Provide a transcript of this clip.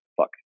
fuck